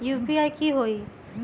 UPI की होई?